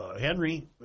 Henry